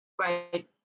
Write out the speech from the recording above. Right